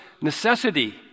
necessity